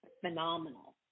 phenomenal